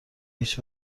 هیچ